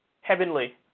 heavenly